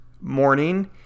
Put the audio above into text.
morning